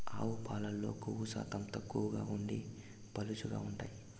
ఆవు పాలల్లో కొవ్వు శాతం తక్కువగా ఉండి పలుచగా ఉంటాయి